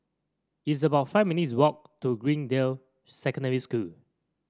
it's about five minutes' walk to Greendale Secondary School